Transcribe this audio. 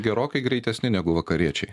gerokai greitesni negu vakariečiai